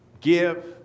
give